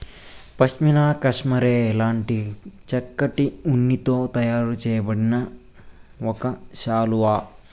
pashmina cashmere లాంటి చక్కటి ఉన్నితో తయారు చేయబడిన ఒక శాలువా